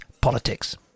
politics